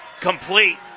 complete